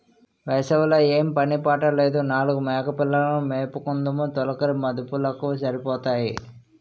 వేసవి లో ఏం పని పాట లేదు నాలుగు మేకపిల్లలు ను మేపుకుందుము తొలకరి మదుపులకు సరిపోతాయి